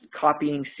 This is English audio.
copying